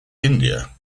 india